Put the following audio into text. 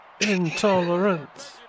Intolerance